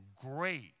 great